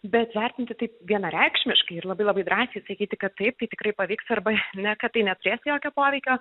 bet vertinti taip vienareikšmiškai ir labai labai drąsiai sakyti kad taip tikrai paveiks arba ne kad tai neturės jokio poveikio